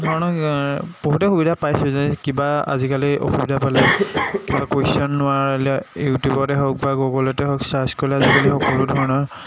ধৰণৰ বহুতেই সুবিধা পাইছে যে কিবা আজিকালি অসুবিধা পালে কিবা কুৱেশ্যন নোৱাৰিলে ইউটিউবতে হওক বা গুগলতে হওক ছাৰ্চ কৰিলে আজিকালি সকলো ধৰণৰ